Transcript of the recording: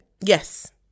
Yes